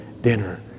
dinner